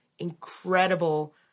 incredible